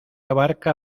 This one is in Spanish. abarca